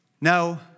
No